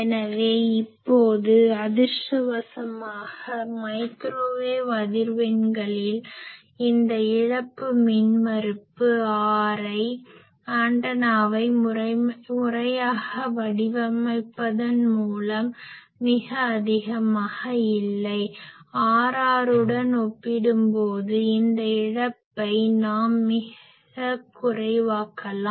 எனவே இப்போது அதிர்ஷ்டவசமாக மைக்ரோவேவ் அதிர்வெண்களில் இந்த இழப்பு மின்மறுப்பு Rl ஆண்டனாவை முறையாக வடிவமைப்பதன் மூலம் மிக அதிகமாக இல்லை Rr உடன் ஒப்பிடும்போது இந்த இழப்பை நாம் மிகக் குறைவாக்கலாம்